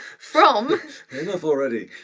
from enough already.